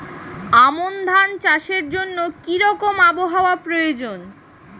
আমন ধান চাষের জন্য কি রকম আবহাওয়া প্রয়োজন?